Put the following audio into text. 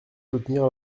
soutenir